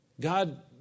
God